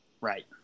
right